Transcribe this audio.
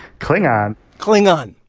klingon um klingon,